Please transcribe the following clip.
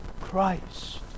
Christ